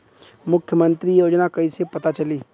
मुख्यमंत्री योजना कइसे पता चली?